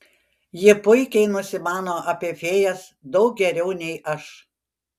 ji puikiai nusimano apie fėjas daug geriau nei aš